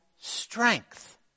strength